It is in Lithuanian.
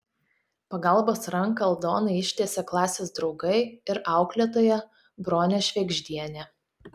pagalbos ranką aldonai ištiesė klasės draugai ir auklėtoja bronė švėgždienė